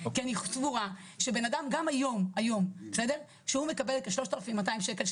כי אני סבורה שגם אדם שהיום מקבל את ה-3,200 שקל,